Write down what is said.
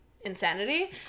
insanity